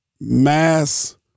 mass